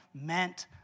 meant